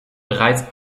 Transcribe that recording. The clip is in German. bereits